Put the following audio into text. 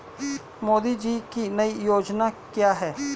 मोदी की नई योजना क्या है?